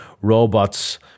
robots